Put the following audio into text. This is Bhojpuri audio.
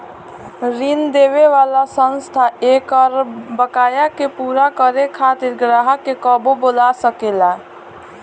ऋण देवे वाला संस्था एकर बकाया के पूरा करे खातिर ग्राहक के कबो बोला सकेला